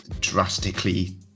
drastically